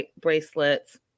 bracelets